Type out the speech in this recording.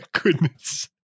goodness